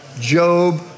Job